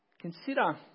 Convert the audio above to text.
consider